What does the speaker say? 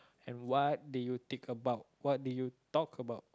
and what did you think about what did you talk about